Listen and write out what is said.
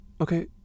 Okay